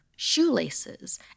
shoelaces